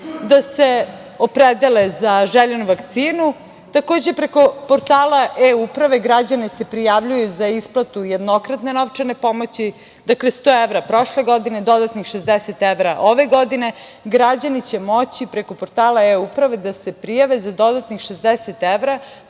da se opredele za željenu vakcinu. Takođe, preko portala e-uprave građani se prijavljuju za isplatu jednokratne novčane pomoći, 100 evra prošle godine, dodatnih 60 evra ove godine, građani će moći preko portala e-uprave da se prijave za dodatnih 60 evra,